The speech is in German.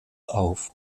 auf